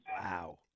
Wow